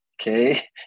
okay